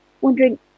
wondering